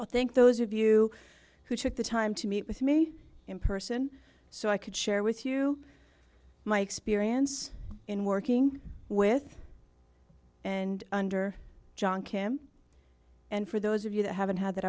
i thank those of you who took the time to meet with me in person so i could share with you my experience in working with and under john cam and for those of you that haven't ha